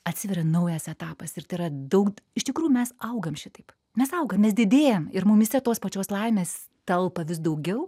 atsiveria naujas etapas ir tai yra daug iš tikrųjų mes augam šitaip mes augam mes didėjam ir mumyse tos pačios laimės telpa vis daugiau